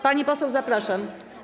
Pani poseł, zapraszam.